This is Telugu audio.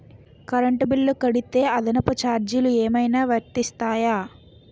కరెంట్ బిల్లు కడితే అదనపు ఛార్జీలు ఏమైనా వర్తిస్తాయా?